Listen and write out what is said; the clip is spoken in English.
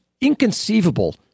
inconceivable